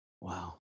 Wow